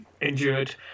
endured